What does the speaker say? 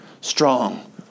strong